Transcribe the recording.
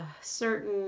certain